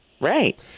Right